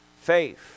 Faith